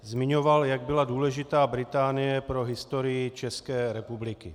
Zmiňoval, jak byla důležitá Británie pro historii České republiky.